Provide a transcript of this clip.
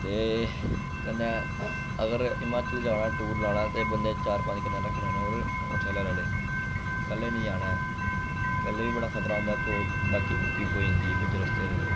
ते कन्नै अगर हिमाचल जाना ऐ टूर लाना ते बंदे चार पंज कन्नै रक्खने न होर मोटरसैकल आह्ले कल्ले निं जाना ऐ कल्ले बी बड़ा खतरा होंदा ऐ चोर चलाकी होई जंदी ऐ बिच्च रस्ते दे